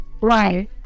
right